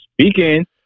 Speaking